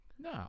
No